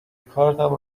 کارتم